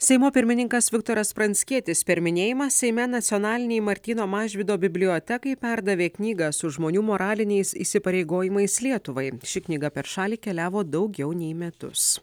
seimo pirmininkas viktoras pranckietis per minėjimą seime nacionalinei martyno mažvydo bibliotekai perdavė knygą su žmonių moraliniais įsipareigojimais lietuvai ši knyga per šalį keliavo daugiau nei metus